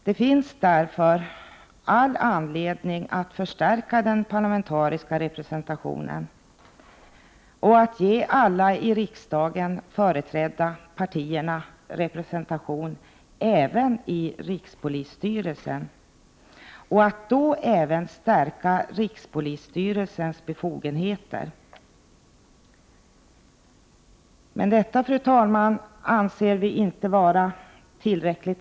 Det finns därför all anledning att förstärka den parlamentariska representationen och att ge alla de i riksdagen företrädda partierna representation även i rikspolisstyrelsen. I det sammanhanget bör även rikspolisstyrelsens befogenheter stärkas. Men detta, fru talman, är inte tillräckligt.